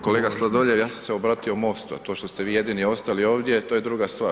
Kolega Sladoljev, ja sam se obratio MOST-u, a to što ste vi jedini ostali ovdje, to je druga stvar.